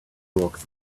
rocks